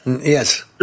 Yes